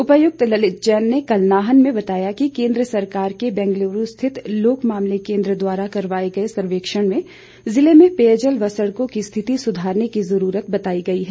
उपायुक्त ललित जैन ने कल नाहन में बताया कि केंद्र सरकार के बैंगलुरू स्थित लोक मामले केंद्र द्वारा करवाये गए सकेंक्षण में जिले में पेयजल व सड़कों की स्थिति सुधारने की जरूरत बताई गई है